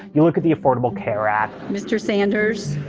you look at the affordable care act. mr. sanders,